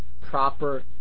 proper